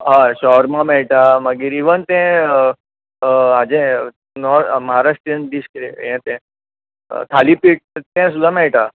हय शोरमा मेळटा मागीर इवन ते हाजे महाराष्ट्रीयन डीश थालीपीट तें थालीपीट सुद्दां मेळटा